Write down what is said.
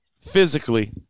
physically